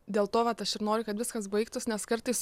dėl to vat aš ir noriu kad viskas baigtųs nes kartais